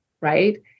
Right